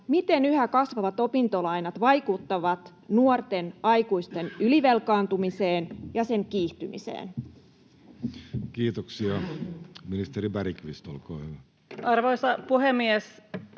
miten yhä kasvavat opintolainat vaikuttavat nuorten aikuisten ylivelkaantumiseen ja sen kiihtymiseen? Kiitoksia. — Ministeri Bergqvist, olkaa hyvä. Arvoisa puhemies!